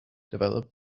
developed